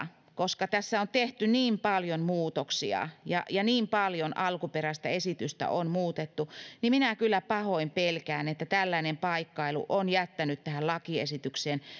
koska tässä on tehty niin paljon muutoksia ja ja niin paljon alkuperäistä esitystä on muutettu minä kyllä pahoin pelkään että tällainen paikkailu on jättänyt tähän lakiesitykseen